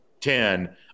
Ten